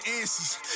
answers